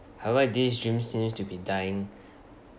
however this dream seems to be dying